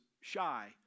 Shy